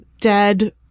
dead